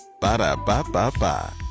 Ba-da-ba-ba-ba